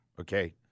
Okay